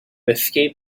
escape